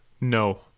No